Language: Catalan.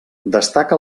destaca